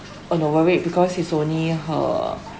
on a because it's only her